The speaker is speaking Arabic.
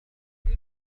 بين